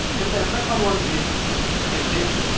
and then second one is is this.